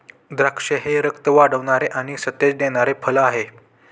द्राक्षे हे रक्त वाढवणारे आणि सतेज देणारे फळ आहे